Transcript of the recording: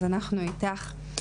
אז אנחנו איתך.